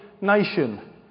nation